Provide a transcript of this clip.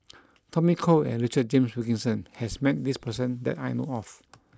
Tommy Koh and Richard James Wilkinson has met this person that I know of